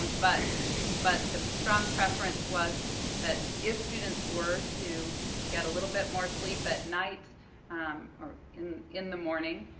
but but the strong preference was that if students were to get a little bit more sleep at night or in in the morning